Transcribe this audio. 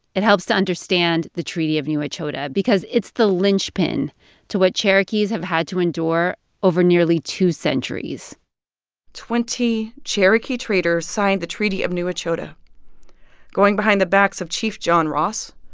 it helps to understand the treaty of new ah echota because it's the linchpin to what cherokees have had to endure over nearly two centuries twenty cherokee traders signed the treaty of new echota going behind the backs of chief john ross,